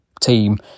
team